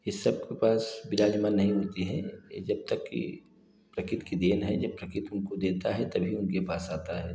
इस सबके पास विराजमान नहीं होते हैं यह जब तक की प्रकृति की देन है जब प्रकृति उनको देता है तभी उनके पास आता है